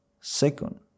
Second